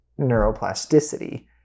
neuroplasticity